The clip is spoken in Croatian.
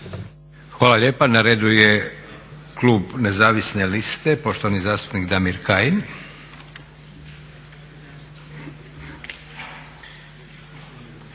Hvala lijepa. Na redu je Klub nezavisne liste poštovani zastupnik Damir Kajin.